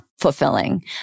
fulfilling